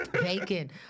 Bacon